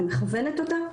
מכוונת אותה,